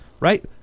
Right